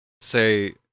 say